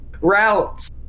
routes